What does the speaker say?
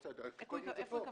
קבענו.